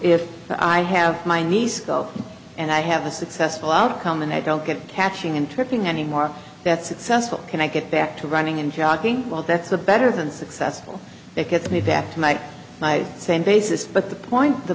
if i have my nice girl and i have a successful outcome and i don't get catching and tripping anymore that successful can i get back to running and shocking well that's a better than successful that gets me back to my my same basis but the point the